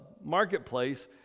marketplace